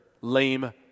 lame